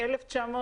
אתה יכול להתעלל.